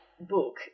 book